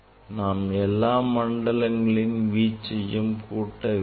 நாம் எல்லாம் மண்டலங்களின் வீச்சையும் கூட்ட வேண்டும்